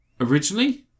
originally